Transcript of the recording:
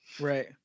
Right